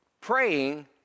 praying